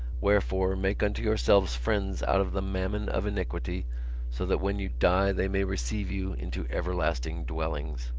wherefore make unto yourselves friends out of the mammon of iniquity so that when you die they may receive you into everlasting dwellings.